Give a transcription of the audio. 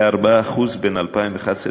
ב-4% בין 2011 ל-2012.